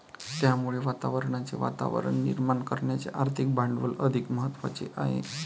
त्यामुळे पर्यावरणाचे वातावरण निर्माण करण्याचे आर्थिक भांडवल अधिक महत्त्वाचे आहे